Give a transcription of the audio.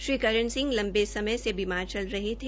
श्री करण सिंह लंबे समय से बीमार चल रहे थे